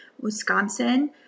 Wisconsin